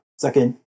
second